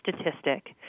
statistic